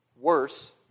worse